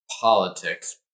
politics